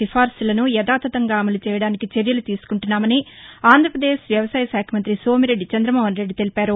నిఫారసులను యధాతథంగా అమలు చేయడానికి చర్యలు తీనుకుంటున్నామని ఆంధ్రభవదేశ్ వ్యవసాయ శాఖ మంత్రి సోమిరెడ్డి చంద్రమోహనరెడ్డి తెలిపారు